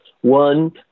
One